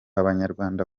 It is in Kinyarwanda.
abanyarwanda